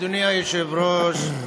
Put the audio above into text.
אדוני היושב-ראש,